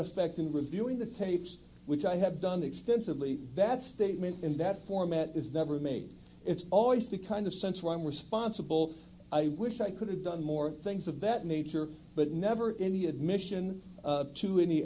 effect in reviewing the tapes which i have done extensively that's they went in that format is that ever made it's always the kind of sense where i'm responsible i wish i could have done more things of that nature but never any admission to any